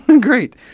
Great